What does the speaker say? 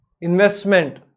investment